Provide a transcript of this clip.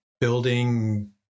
building